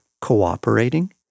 cooperating